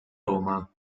roma